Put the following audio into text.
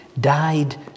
died